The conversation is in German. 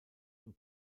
und